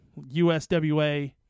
USWA